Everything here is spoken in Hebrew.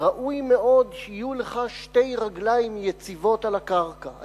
ראוי מאוד שיהיו לך שתי רגליים יציבות על הקרקע.